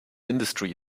industry